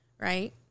right